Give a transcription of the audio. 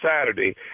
Saturday